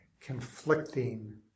conflicting